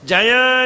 Jaya